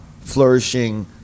flourishing